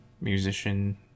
musician